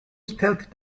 stealth